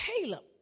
Caleb